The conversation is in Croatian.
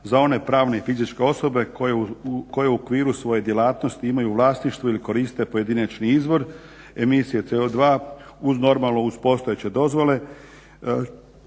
za one pravne i fizičke osobe koje u okviru svoje djelatnosti imaju vlasništvo ili koriste pojedinačni izvor. Emisije CO2 uz normalno uz postojeće dozvole